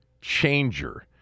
changer